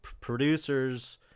producers